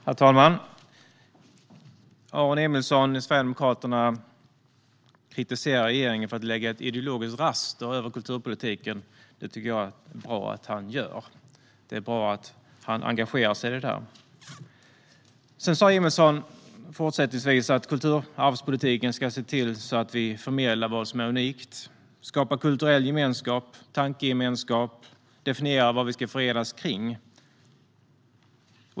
Herr talman! Aron Emilsson från Sverigedemokraterna kritiserar regeringen för att lägga ett ideologiskt raster över kulturpolitiken. Det är bra att han gör det, tycker jag. Det är bra att han engagerar sig i detta. Emilsson sa fortsättningsvis att kulturarvspolitiken ska se till att vi förmedlar vad som är unikt, att vi skapar kulturell gemenskap och tankegemenskap och att vi definierar vad vi ska förenas kring.